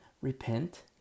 repent